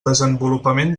desenvolupament